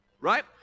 Right